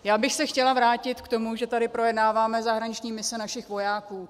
Já bych se chtěla vrátit k tomu, že tady projednáváme zahraniční mise našich vojáků.